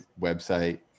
website